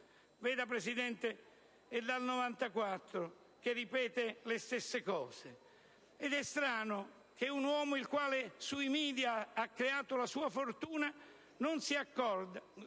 Veda, Presidente, è dal 1994 che ripete le stesse cose, ed è strano che un uomo che sui media ha creato la sua fortuna non si accorga